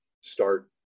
start